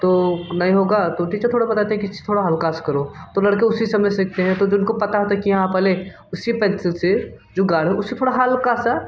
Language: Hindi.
तो नहीं होगा तो टीचर थोड़ा बताते हैं कि इसे थोड़ा हल्का सा करो तो लड़के उसी समय सीखते हैं तो जिनको पता होता है कि हाँ पहले उसी पेंसिल से जो गाढ़ा हो उससे थोड़ा हल्का का सा